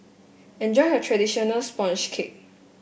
enjoy your traditional sponge cake